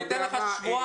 ניתן לך שבועיים.